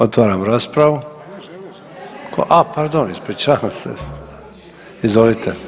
Otvaram raspravu, a pardon, ispričavam se, izvolite.